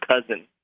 cousin